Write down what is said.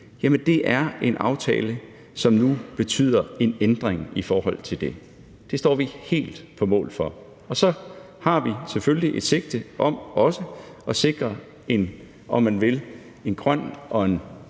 er en aftale, som nu betyder en ændring i forhold til det. Det står vi helt på mål for. Og så har vi selvfølgelig et sigte om også at sikre en grøn og